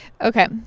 Okay